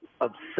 obsessed